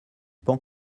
pan